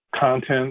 content